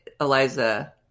Eliza